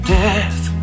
death